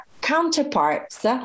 counterparts